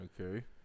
Okay